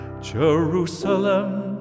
Jerusalem